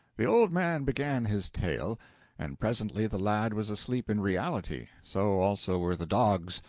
the old man began his tale and presently the lad was asleep in reality so also were the dogs,